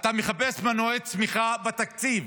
אתה מחפש מנועי צמיחה בתקציב,